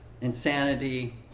insanity